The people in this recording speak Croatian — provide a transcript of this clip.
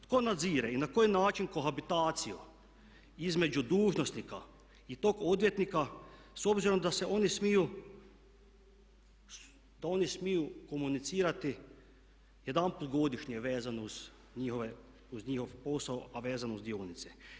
Tko nadzire i na koji način kohabitacija između dužnosnika i tog odvjetnika s obzirom da se oni smiju, da oni smiju komunicirati jedanput godišnje vezano uz njihov posao, a vezano uz dionice.